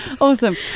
Awesome